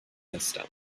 system